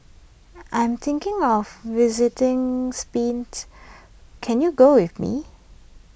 I'm thinking of visiting Spain can you go with me